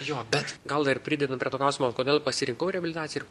jo bet gal ir pridedant prie to klausimo kodėl pasirinkau reabilitaciją ir